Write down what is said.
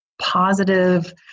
positive